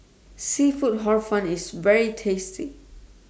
Seafood Hor Fun IS very tasty